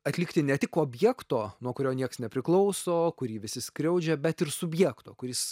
atlikti ne tik objekto nuo kurio nieks nepriklauso kurį visi skriaudžia bet ir subjekto kuris